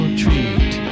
treat